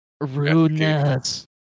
rudeness